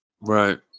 Right